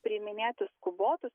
priiminėti skubotus